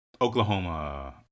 Oklahoma